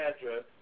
address